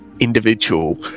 Individual